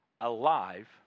alive